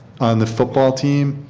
on the football team